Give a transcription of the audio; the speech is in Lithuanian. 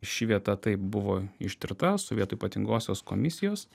ši vieta taip buvo ištirta sovietų ypatingosios komisijos